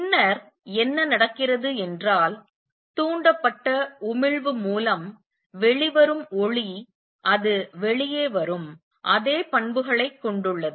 பின்னர் என்ன நடக்கிறது என்றால் தூண்டப்பட்ட உமிழ்வு மூலம் வெளிவரும் ஒளி அது வெளியே வரும் அதே பண்புகளைக் கொண்டுள்ளது